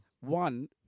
One